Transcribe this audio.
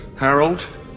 Harold